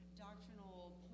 doctrinal